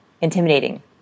intimidating